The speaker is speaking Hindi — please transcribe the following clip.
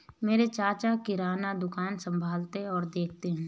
मेरे चाचा किराना दुकान संभालते और देखते हैं